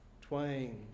Twain